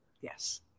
Yes